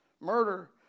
murder